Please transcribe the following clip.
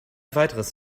weiteres